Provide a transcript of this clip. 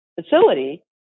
facility